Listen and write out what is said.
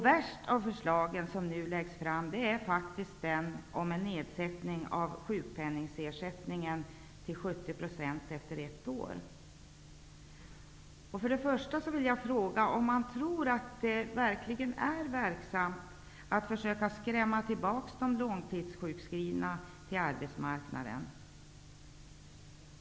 Värst av de förslag som nu läggs fram är faktiskt det om en nedsättning av sjukpenningersättningen till 70 % För det första vill jag fråga om man tror att det är verksamt att försöka skrämma tillbaka de långtidssjukskrivna till arbetsmarknaden.